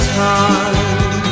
time